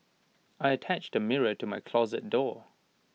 I attached A mirror to my closet door